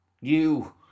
You